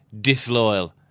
disloyal